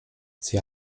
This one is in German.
sie